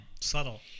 Subtle